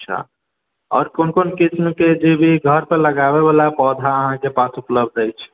अच्छा और कोन कोन किस्म के जे जे घर पर लगाबै बला पौधा अहाँ के पास उपलब्ध अछि